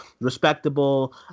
respectable